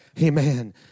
Amen